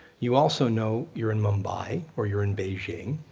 you also know you're in mumbai, or you're in beijing,